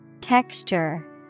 Texture